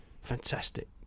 fantastic